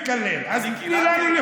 ומקלל ומקלל ומקלל, אני קיללתי?